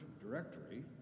directory